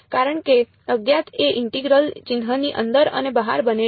કારણ કે અજ્ઞાત એ ઇન્ટિગરલ ચિહ્નની અંદર અને બહાર બંને છે